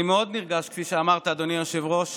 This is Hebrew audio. אני מאוד נרגש, כפי שאמרת, אדוני היושב-ראש.